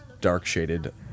dark-shaded